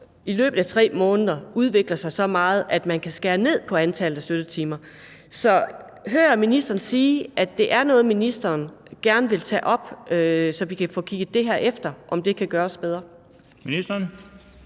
i løbet af 3 måneder udvikler sig så meget, at man kan skære ned på antallet af støttetimer. Så hører jeg ministeren sige, at det er noget, ministeren gerne vil tage op, så vi kan få kigget på, om vi kan gøre det her bedre?